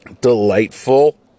delightful